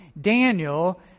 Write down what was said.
Daniel